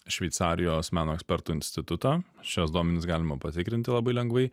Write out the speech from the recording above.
šveicarijos meno ekspertų institutą šiuos duomenis galima patikrinti labai lengvai